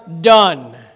done